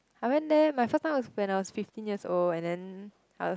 I went there my first time was when I was Fifteen years old and then i was